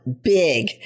big